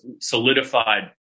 solidified